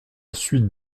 suite